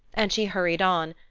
and she hurried on,